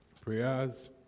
Prayers